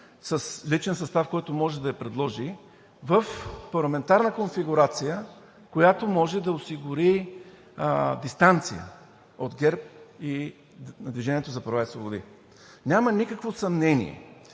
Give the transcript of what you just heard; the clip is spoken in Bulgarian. с личен състав, който може да я предложи и в парламентарна конфигурация, която може да осигури дистанция от ГЕРБ и от „Движението за права и свободи“. Няма никакво съмнение,